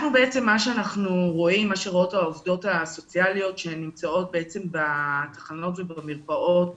מה שרואות העובדות הסוציאליות שנמצאות בתחנות ובמרפאות